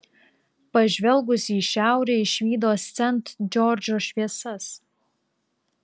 pažvelgusi į šiaurę išvydo sent džordžo šviesas